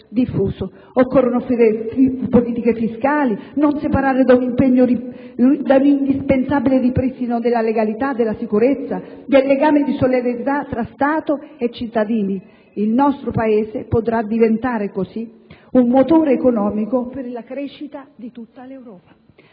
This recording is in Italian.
diffuso. Occorrono politiche fiscali, non separate da un impegno indispensabile per il ripristino della legalità, della sicurezza, del legame di solidarietà tra Stato e cittadini. Il nostro Paese potrà diventare, così, un motore economico per la crescita di tutta l'Europa.